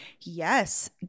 yes